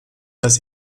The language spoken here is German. das